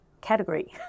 category